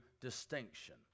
distinction